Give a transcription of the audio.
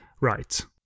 right